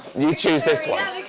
you'd choose this one.